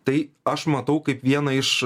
tai aš matau kaip vieną iš